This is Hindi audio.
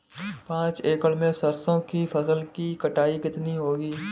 पांच एकड़ में सरसों की फसल की कटाई कितनी होगी?